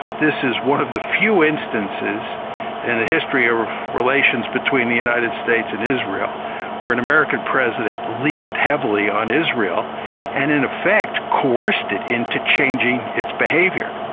this is one of the few instances in the history of relations between the united states and israel where an american president leaned heavily on israel and, in effect, coerced it into changing its behaviour.